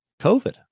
COVID